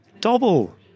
Double